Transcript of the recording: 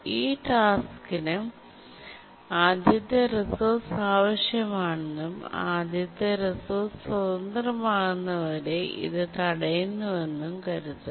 ഈ ടാസ്കിന് ആദ്യത്തെ റിസോഴ്സ് ആവശ്യമാണെന്നും ആദ്യത്തെ റിസോഴ്സ് സ്വതന്ത്രമാകുന്നതുവരെ ഇത് തടയുന്നുവെന്നും കരുതുക